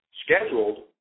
scheduled